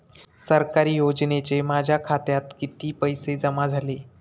सरकारी योजनेचे माझ्या खात्यात किती पैसे जमा झाले?